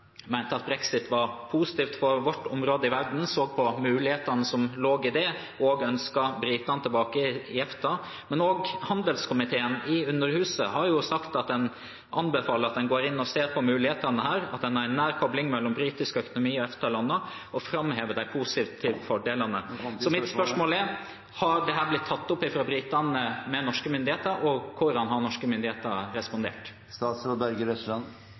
så på mulighetene som lå i det og ønsket britene tilbake i EFTA. Men også handelskomiteen i Underhuset har jo sagt at en anbefaler at en går inn og ser på mulighetene her, at en har en nær kobling mellom britisk økonomi og EFTA-landene, og framhever de positive fordelene. Mitt spørsmål er: Har dette blitt tatt opp av britene med norske myndigheter, og hvordan har norske myndigheter respondert?